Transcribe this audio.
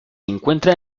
encuentra